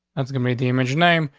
that's gonna be the image name.